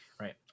Right